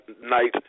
night